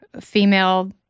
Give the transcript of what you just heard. female